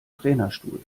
trainerstuhl